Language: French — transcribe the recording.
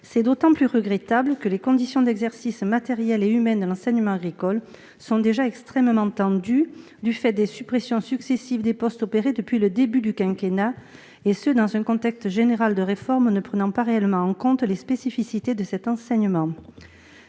est d'autant plus regrettable que les conditions matérielles et humaines d'exercice, dans l'enseignement agricole, sont déjà extrêmement tendues, du fait des suppressions successives de postes depuis le début du quinquennat, dans un contexte général de réforme ne prenant pas réellement en compte les spécificités de cet enseignement.